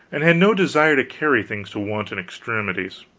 and had no desire to carry things to wanton extremities.